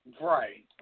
Right